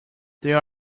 there